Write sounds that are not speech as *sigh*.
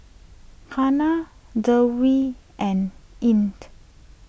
Hana Dewi and Ain *noise*